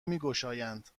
میگشایند